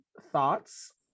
thoughts